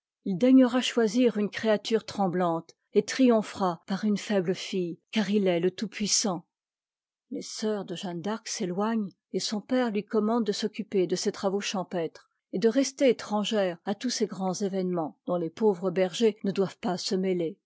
h daignera choisir une créature tremblante et triomphera par une faible fille car il est le tout-puissant les sœurs de jeanne d'arc s'éteignent et son père lui commande de s'occuper de ses travaux champêtres et de rester étrangère à tous ces grands événements dont les pauvres bergers ne doivent pas se mêler